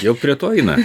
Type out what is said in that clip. jau prie to eina